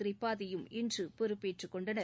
திரிபாதியும் இன்று பொறுப்பேற்றுக் கொண்டனர்